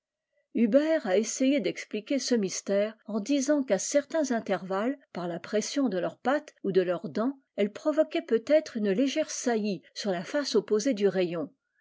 huber a essayé d'expliquer oe mystère en disant qu'à certains intervalles par la pression de leurs pattes ou de leur dents elle provoquaient peut-être une légère saillie sur la face opposée du rayon